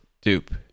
dupe